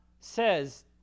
says